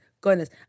goodness